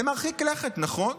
זה מרחיק לכת, נכון,